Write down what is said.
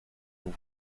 nous